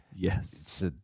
Yes